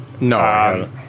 No